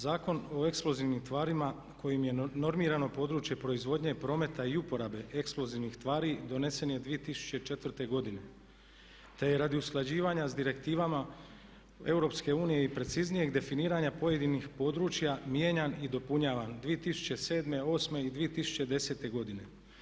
Zakon o eksplozivnim tvarima kojim je normirano područje proizvodnje prometa i uporabe eksplozivnih tvari donesen je 2004.godine. te je radi usklađivanja sa Direktivama EU i preciznijeg definiranja pojedinih područja mijenjan i dopunjavan 2007., 2008. i 2010.godine.